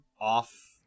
off